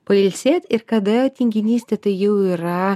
pailsėt ir kada tinginystė tai jau yra